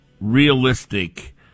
realistic